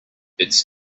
it’s